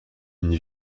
une